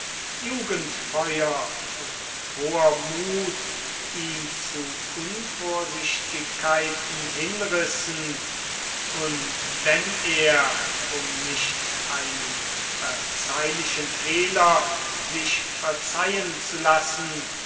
jugendfeuer und hoher mut ihn zu unvorsichtigkeiten hinrissen und wenn er um nicht einen verzeihlichen fehler sich verzeihen zu lassen